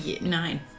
Nine